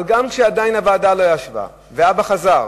אבל גם כשהוועדה לא ישבה, והאבא חזר